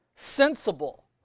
Sensible